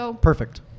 Perfect